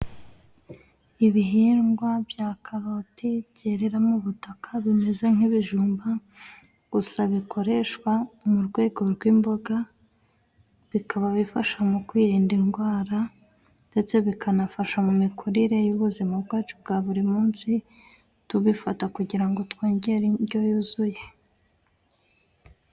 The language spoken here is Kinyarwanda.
Ibihingwa bya karoti byerera mu butaka bimeze nk'ibijumba gusa bikoreshwa mu rwego rw'imboga bikaba bifasha mu kwirinda indwara ndetse bikanafasha mu mikurire y'ubuzima bwacu bwa buri munsi tubifata kugira ngo twongere indyo yuzuye.